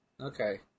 Okay